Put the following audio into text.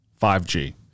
5G